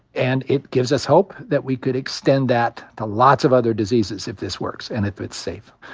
and it gives us hope that we could extend that to lots of other diseases if this works and if it's safe.